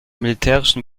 militärischen